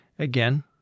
Again